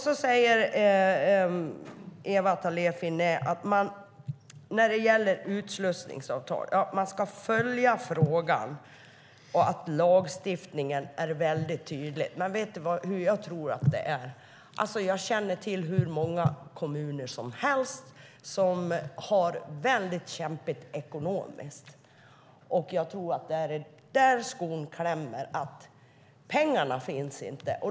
Så säger Ewa Thalén Finné när det gäller utslussningsavtal att man ska följa frågan och att lagstiftningen är väldigt tydlig. Vet du hur jag tror att det är? Jag känner till hur många kommuner som helst som har det väldigt kämpigt ekonomiskt. Jag tror att det är där skon klämmer. Pengarna finns inte.